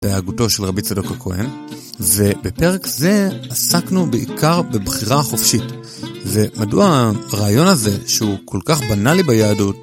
בהגותו של רבי צדוק הכהן ובפרק זה עסקנו בעיקר בבחירה החופשית ומדוע הרעיון הזה שהוא כל כך בנאלי ביהדות